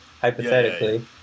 hypothetically